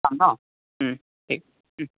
ন ঠিক